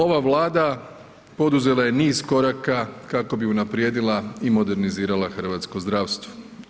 Ova Vlada poduzela je niz koraka kako bi unaprijedila i modernizirala hrvatsko zdravstvo.